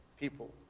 people